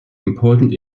important